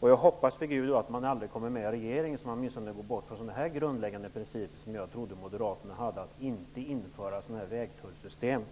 Jag hoppas vid Gud att man aldrig kommer med i en regering, så att man åtminstone slipper att göra avkall på grundläggande principer. Jag trodde att Moderaterna hade som en grundläggande princip att inte införa vägtullssystem.